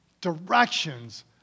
directions